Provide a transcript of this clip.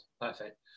perfect